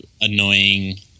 annoying